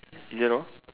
is that all